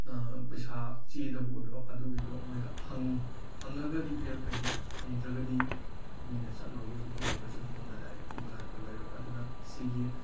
ꯄꯩꯁꯥ ꯆꯦꯗꯕꯨ ꯑꯣꯏꯔꯣ ꯑꯗꯨꯒꯩꯗꯣ ꯃꯣꯏꯗ ꯍꯪꯉꯨ ꯍꯪꯂꯒꯗꯤ ꯄꯤꯔꯛꯀꯅꯤ ꯍꯪꯗ꯭ꯔꯒꯗꯤ ꯃꯤꯅ ꯆꯠꯂꯨꯔꯒꯁꯨ ꯈꯣꯠꯂꯨꯔꯒꯁꯨ ꯅꯉꯣꯟꯗ ꯗꯥꯏꯔꯦꯛ ꯄꯤꯕ ꯍꯥꯏꯕꯗꯣ ꯂꯩꯔꯣꯏ ꯑꯗꯨꯅ ꯑꯁꯤꯒꯤ